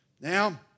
Now